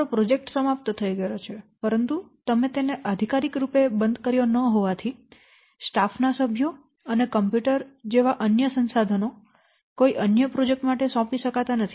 તમારો પ્રોજેક્ટ સમાપ્ત થઈ ગયો છે પરંતુ તમે તેને આધિકારીક રૂપે બંધ કર્યો ન હોવાથી સ્ટાફના સભ્યો અને કમ્પ્યુટર જેવા અન્ય સંસાધનો કોઈ અન્ય પ્રોજેક્ટ માટે સોંપી શકાતા નથી